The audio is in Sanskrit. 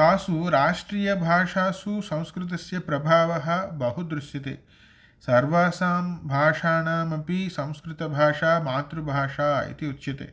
तासु राष्ट्रीयभाषासु संस्कृतस्य प्रभावः बहु दृश्यते सर्वासां भाषाणामपि संस्कृतभाषा मातृभाषा इति उच्यते